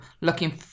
looking